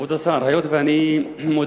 כבוד השר, היות שאני מודע